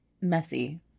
messy